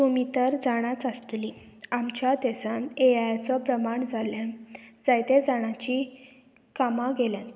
तुमी तर जाणांच आसतली आमच्या देसान एआयाचो प्रमाण जाल्ल्यान जायते जाणांची कामां गेल्या